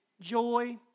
joy